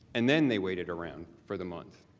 and then they waited around for the month,